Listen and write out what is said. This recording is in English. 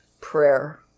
prayer